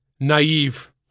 naive